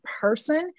person